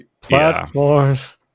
platforms